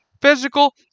physical